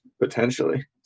Potentially